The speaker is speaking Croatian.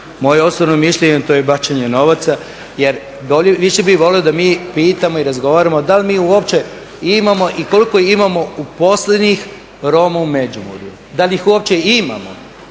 Moje osobno mišljenje je da je to bacanje novaca jer više bih volio da mi pitamo i razgovaramo da li mi uopće imamo i koliko imamo uposlenih Roma u Međimurju, da li ih uopće imamo,